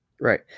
Right